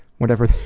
whatever.